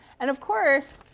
and of course,